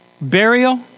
burial